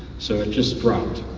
so it just dropped.